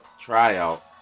tryout